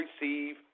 receive